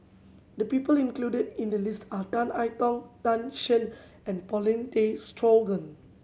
the people included in the list are Tan I Tong Tan Shen and Paulin Tay Straughan